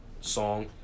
song